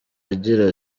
agira